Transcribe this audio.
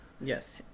Yes